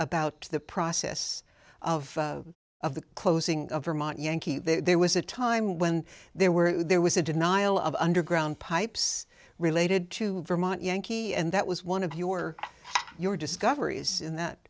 about the process of of the closing of vermont yankee there was a time when there were there was a denial of underground pipes related to vermont yankee and that was one of your your discoveries that